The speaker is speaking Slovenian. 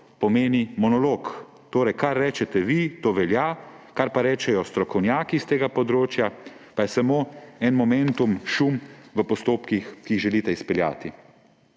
pomeni monolog. Torej kar rečete vi, to velja, kar pa rečejo strokovnjaki s tega področja, pa je samo en momentum, šum v postopkih, ki jih želite izpeljati.